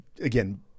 again